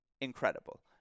incredible